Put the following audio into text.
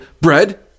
Bread